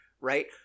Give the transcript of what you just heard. right